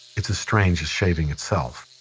it's a strain just shaving itself